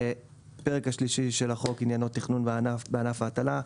הפרק השלישי של החוק עניינו תכנון בענף ההטלה.